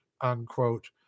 unquote